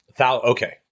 Okay